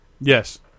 Yes